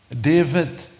David